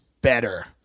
better